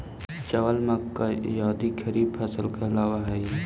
चावल, मक्का आदि खरीफ फसल कहलावऽ हइ